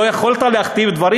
לא יכולת להכתיב דברים?